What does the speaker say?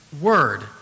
word